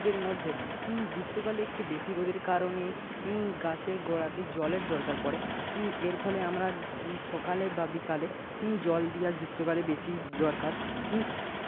ঋতুদের মধ্যে গ্রীষ্মকালে একটু বেশি রোদের কারণে গাছের গোড়াতে জলের দরকার পড়ে এর ফলে আমরা সকালে বা বিকেলে জল দিই আর গ্রীষ্মকালে বেশি দরকার